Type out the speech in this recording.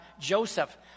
Joseph